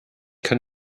kann